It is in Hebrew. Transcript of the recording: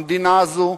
המדינה הזאת,